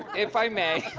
if i may.